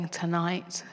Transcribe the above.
tonight